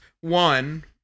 one